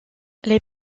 les